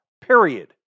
Period